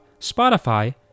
Spotify